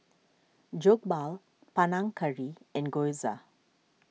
Jokbal Panang Curry and Gyoza